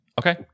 Okay